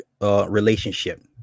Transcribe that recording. relationship